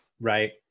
Right